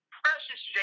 precious